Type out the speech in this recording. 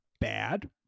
bad